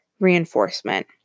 Reinforcement